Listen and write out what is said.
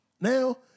Now